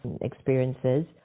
experiences